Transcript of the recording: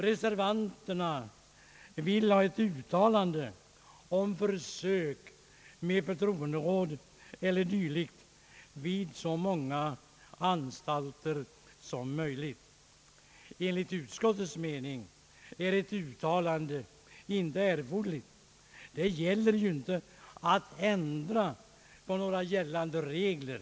Reservanterna vill ha ett uttalande om försök med förtroenderåd eller dylikt vid så många anstalter som möjligt. Enligt utskottets mening erfordras inte något sådant uttalande. Det gäller ju inte att ändra på några gällande regler.